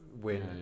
win